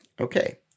Okay